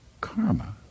karma